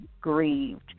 grieved